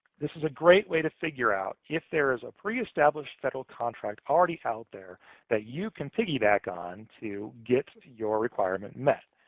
this is a great way to find out if there is a preestablished federal contract already out there that you can piggyback on to get your requirement met.